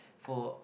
for